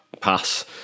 pass